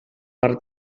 per